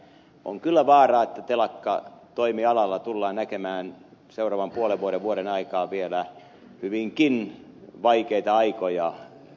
on kyllä vaara että telakkatoimialalla tullaan näkemään seuraavan puolen vuoden vuoden aikaan vielä hyvinkin vaikeita aikoja